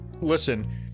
Listen